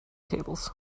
tables